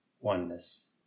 oneness